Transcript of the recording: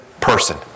person